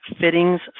fittings